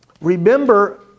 Remember